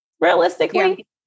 Realistically